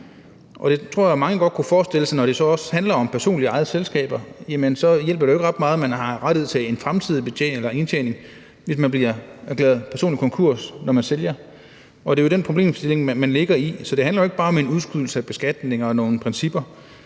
der tror jeg, mange godt kunne forestille sig, når det så også handler om personligt ejede selskaber, at så hjælper det jo ikke ret meget, at man har ret til en fremtidig indtjening, hvis man bliver erklæret konkurs, når man sælger. Og det er jo den problemstilling, man ligger i, så det handler jo ikke bare om en udskydelse af beskatning og om nogle principper,